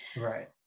Right